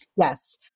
Yes